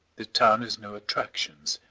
the town has no attractions,